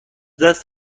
دست